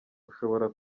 ushobora